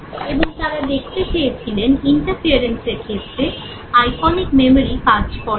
এবং তাঁরা দেখতে চেয়েছিলেন ইন্টারফেরেন্সের ক্ষেত্রে আইকনিক মেমোরি কাজ করে কি না